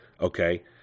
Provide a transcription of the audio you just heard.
Okay